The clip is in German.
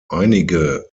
einige